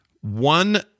one